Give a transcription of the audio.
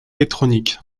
électronique